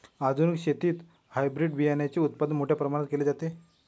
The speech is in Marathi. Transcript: आधुनिक शेतीत हायब्रिड बियाणाचे उत्पादन मोठ्या प्रमाणात केले जाते